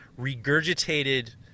regurgitated